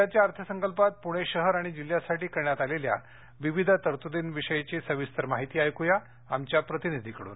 राज्याच्या अर्थसंकल्पात पुणे शहर आणि जिल्ह्यासाठी करण्यात आलेल्या निरनिराळ्या तरतुदींविषयीची सविस्तर माहिती आमच्या प्रतिनिधीकडून